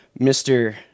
Mr